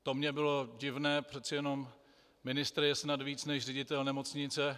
To mně bylo divné, přece jenom ministr je snad víc než ředitel nemocnice.